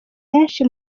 henshi